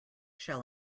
shall